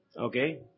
Okay